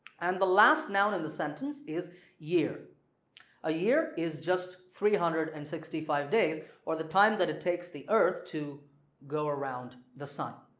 and the last noun in the sentence is year a year is just three hundred and sixty five days or the time that it takes the earth to go around the sun.